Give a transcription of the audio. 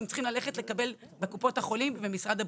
הם צריכים לקבל בקופות החולים ובמשרד הבריאות.